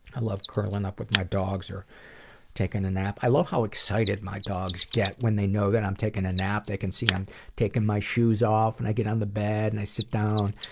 i love curling up with my dogs or taking a nap. i love how excited my dogs get when they know i'm taking a nap. they can see i'm taking my shoes off and i get on the bed and i sit down.